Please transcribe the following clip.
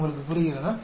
உங்களுக்கு புரிகிறதா